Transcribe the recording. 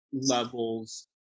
levels